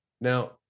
Now